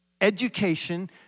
education